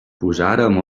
posàrem